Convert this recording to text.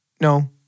No